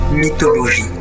Mythologie